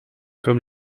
comme